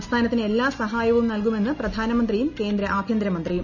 സംസ്ഥാനത്തിന് എല്ലാ സഹായവും നൽകുമെന്ന് പ്രധാനമന്ത്രിയും കേന്ദ്ര ആഭ്യന്തരമന്ത്രിയും